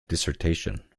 dissertation